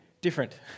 different